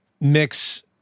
mix